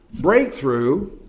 Breakthrough